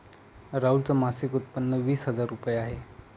राहुल च मासिक उत्पन्न वीस हजार रुपये आहे